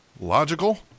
logical